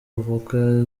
avoka